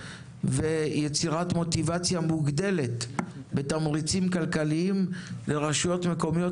ויצירת מוטיבציה מוגדלת בתמריצים כלכליים לרשויות מקומיות,